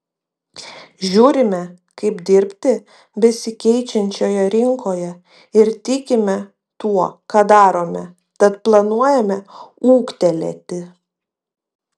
žiūrime kaip dirbti besikeičiančioje rinkoje ir tikime tuo ką darome tad planuojame ūgtelėti